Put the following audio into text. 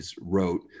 wrote